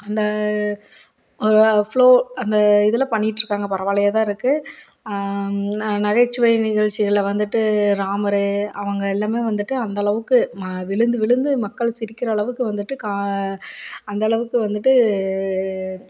அந்த ஃப்லோ அந்த இதில் பண்ணிட்டிருக்காங்க பரவாயில்லையாக தான் இருக்குது நகைச்சுவை நிகழ்ச்சிகளில் வந்துட்டு ராமர் அவங்க எல்லாமே வந்துட்டு அந்தளவுக்கு ம விழுந்து விழுந்து மக்கள் சிரிக்கிறளவுக்கு வந்துட்டு கா அந்தளவுக்கு வந்துட்டு